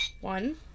One